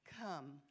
Come